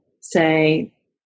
say